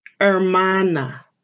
hermana